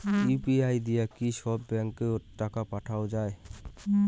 UPI দিয়া কি সব ব্যাংক ওত টাকা পাঠা যায়?